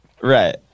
Right